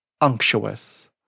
unctuous